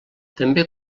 també